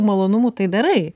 malonumu tai darai